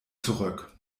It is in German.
zurück